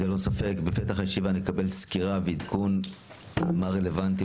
בפתח הישיבה נקבל סקירה ועדכון מה רלוונטי,